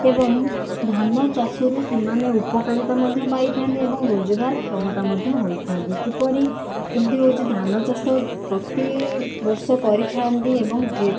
ଏବଂ ଧାନ ଚାଷରୁ ସେମାନେ ଉପକାରିତା ମଧ୍ୟ ପାଇଥାନ୍ତି ଏବଂ ରୋଜଗାର କ୍ଷମତା ମଧ୍ୟ ହୋଇଥାନ୍ତି କିପରି ଯେମିତି ହେଉଛି ଧାନ ଚାଷ ପ୍ରତି ବର୍ଷ କରିଥାନ୍ତି ଏବଂ ଯିଏ